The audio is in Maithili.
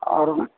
आओर